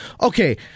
Okay